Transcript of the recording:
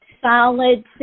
solid